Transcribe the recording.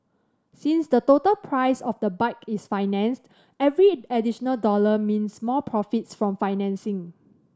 since the total price of the bike is financed every additional dollar means more profits from financing